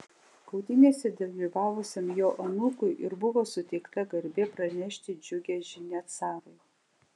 kautynėse dalyvavusiam jo anūkui ir buvo suteikta garbė pranešti džiugią žinią carui